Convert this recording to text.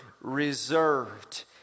reserved